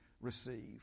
receive